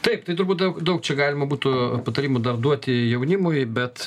taip tai turbūt daug daug čia galima būtų patarimų dar duoti jaunimui bet